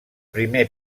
primer